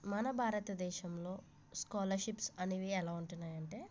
మన భారత దేశంలో స్కాలర్షిప్స్ అనేవి ఎలా ఉంటున్నాయి అంటే